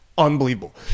Unbelievable